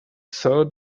saw